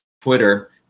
Twitter